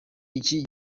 iki